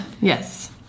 yes